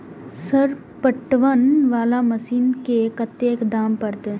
Sir पटवन वाला machine के कतेक दाम परतें?